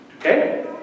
Okay